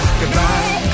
goodbye